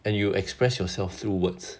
and you express yourself through words